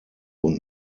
und